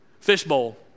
Fishbowl